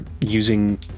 using